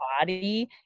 body